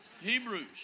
Hebrews